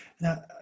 Now